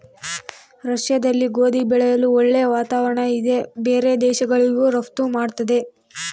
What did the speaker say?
ರಷ್ಯಾದಲ್ಲಿ ಗೋಧಿ ಬೆಳೆಯಲು ಒಳ್ಳೆ ವಾತಾವರಣ ಇದೆ ಬೇರೆ ದೇಶಗಳಿಗೂ ರಫ್ತು ಮಾಡ್ತದೆ